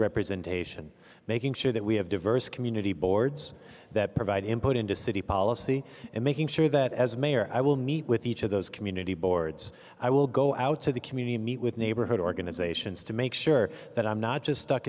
representation making sure that we have diverse community boards that provide input into city policy and making sure that as mayor i will meet with each of those community boards i will go out to the community meet with neighborhood organizations to make sure that i'm not just stuck